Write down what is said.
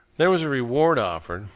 there was a reward offered.